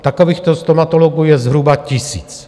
Takovýchto stomatologů je zhruba tisíc.